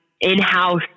in-house